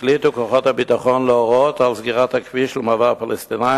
החליטו כוחות הביטחון להורות על סגירת הכביש למעבר פלסטינים,